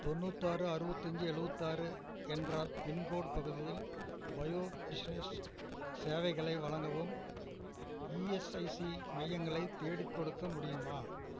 தொண்ணூத்தாறு அறுபத்தஞ்சி எழுவத்தாறு என்ற பின்கோடு பகுதியில் பயோ பிஸ்னஸ் சேவைகளை வழங்கவும் இஎஸ்ஐசி மையங்களை தேடிக்கொடுக்க முடியுமா